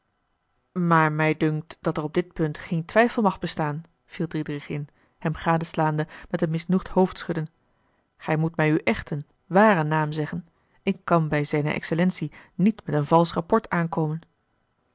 maar mij dunkt dat er op dit punt geen twijfel mag bestaan viel diedrich in hem gadeslaande met een misnoegd hoofdschudden gij moet mij uw echten waren naam zeggen ik kan bij zijne excellentie niet met een valsch rapport aankomen